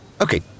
Okay